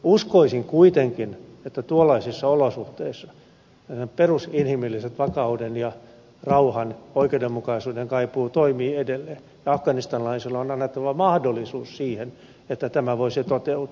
uskoisin kuitenkin että tuollaisissa olosuhteissa perusinhimillisen vakauden ja rauhan oikeudenmukaisuuden kaipuu toimii edelleen ja afganistanilaisille on annettava mahdollisuus siihen että tämä voisi toteutua